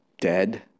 dead